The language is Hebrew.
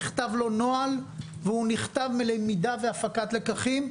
נכתב לו נוהל והוא נכתב מלמידה והפקת לקחים,